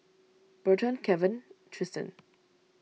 Burton Kevan Triston